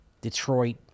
Detroit